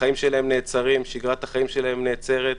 החיים שלהם נעצרים, שגרת החיים שלהם נעצרת.